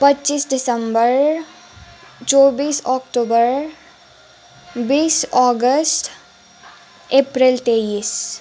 पच्चिस डिसम्बर चौबिस अक्टुबर बिस अगस्ट अप्रेल तेइस